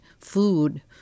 food